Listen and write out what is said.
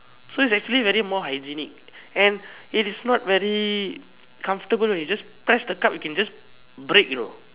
so it's actually very more hygienic and it is not very comfortable or you press the cup it can just break you know